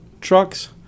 trucks